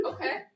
Okay